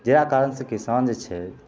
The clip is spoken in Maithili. जकरा कारणसे किसान जे छै